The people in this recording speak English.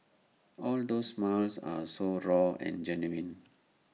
all those smiles are so raw and genuine